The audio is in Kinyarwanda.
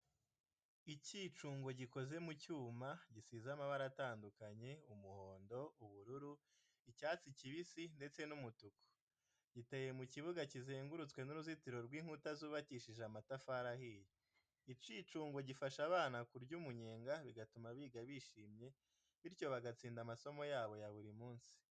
Icyicungo gikoze mu cyuma gisize amabara atandukanye, umuhondo, ubururu, icyatsi kibisi ndetse n’umutuku. Giteye mu kibuga kizengurutswe n’uruzitiro rw’inkuta zubakishije amatafari ahiye. Icyucungo gifasha abana kurya umunyenga bigatuma biga bishimye, bityo bagatsinda amasomo yabo ya buri munsi.